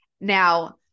Now